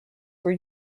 were